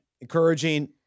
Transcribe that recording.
encouraging